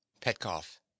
petkoff